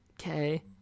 okay